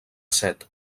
set